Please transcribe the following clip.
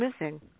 missing